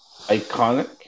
iconic